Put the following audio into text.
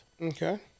Okay